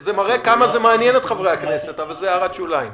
שזה מראה כמה זה מעניין את חברי הכנסת אבל זאת הערת שוליים.